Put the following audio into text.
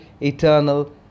eternal